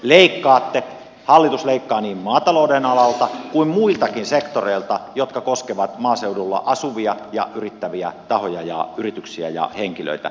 leikkaatte hallitus leikkaa niin maatalouden alalta kuin muiltakin sektoreilta jotka koskevat maaseudulla asuvia ja yrittäviä tahoja ja yrityksiä ja henkilöitä